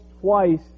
twice